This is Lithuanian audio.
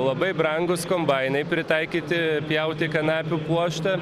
labai brangūs kombainai pritaikyti pjauti kanapių pluoštą